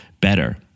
better